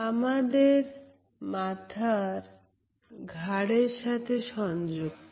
আমাদের মাথায় ঘাড়ের সাথে সংযুক্ত